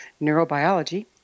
Neurobiology